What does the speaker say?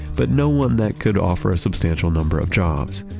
but no one that could offer a substantial number of jobs.